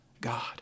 God